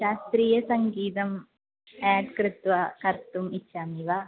शास्त्रीयसङ्गीतम् आड् कृत्वा कर्तुम् इच्छति वा